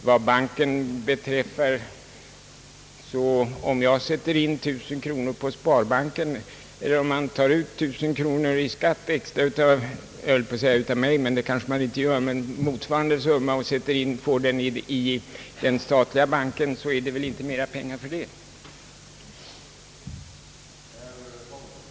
Vad den nya banken beträffar vill jag säga, att om jag sätter in 1000 kronor på sparbanken eller om man tar ut 1 000 kronor extra i skatt — jag höll på att säga av mig, men det kanske man inte gör — och sätter in den summan på den statliga banken, så blir det väl inte mera pengar sparade för det.